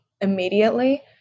immediately